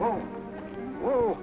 whoa whoa